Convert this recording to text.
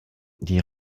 die